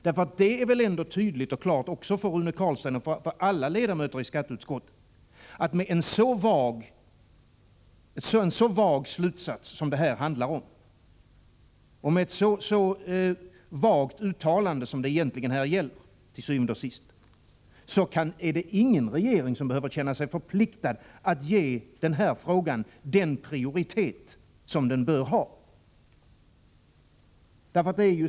Det är väl ändå tydligt och klart också för Rune Carlstein och för alla ledamöter i skatteutskottet att med ett så vagt uttalande som betänkandet til syvende og sidst utmynnar i behöver ingen regering känna sig förpliktad att ge den här frågan den prioritet som den bör ha.